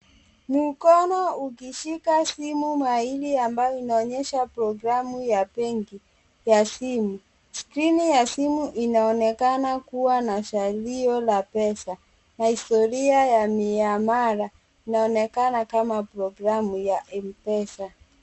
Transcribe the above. Mkono ukishika simu maili ambayo inaonyesha programu ya benki ya simu. Skrini ya simu inaonekana kuwa na salio na historia ya miamala. Inaonekana kama programu ya M-Pesa.